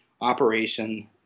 operation